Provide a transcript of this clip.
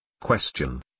Question